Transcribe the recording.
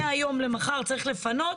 מהיום למחר צריך לפנות,